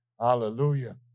Hallelujah